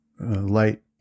light